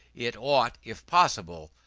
it ought, if possible,